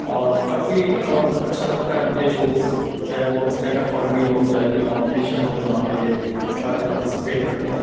اور کافی اچھا لگتا ہے مجھے شوز چاہے وہ اسٹینڈ اپ کامیڈی ہو چاہے کوئی کمپٹیشن ہو جہاں پہ یہ سارے پارٹیسپیٹ کرتے ہیں